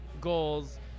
goals